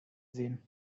sehen